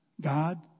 God